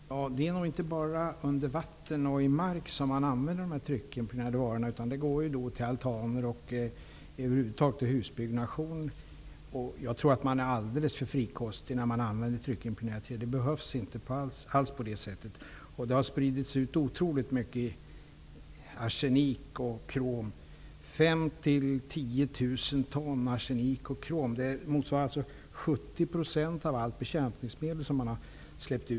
Herr talman! Det är nog inte bara under vatten och i mark som dessa tryckimpregnerade varor används. De går ju till altaner och över huvud taget till husbyggnation. Jag tror att man är alldeles för frikostig vid användningen av tryckimpregnerat trä. Det behövs inte alls på det sättet. Det har spridits ut otroligt mycket arsenik och krom, 5 000--10 000 ton. Det motsvarar ungefär 70 % av allt bekämpningsmedel.